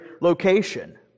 location